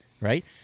Right